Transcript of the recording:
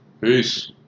Peace